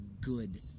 good